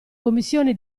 commissione